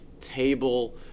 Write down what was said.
table